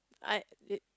I uh